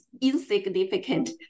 insignificant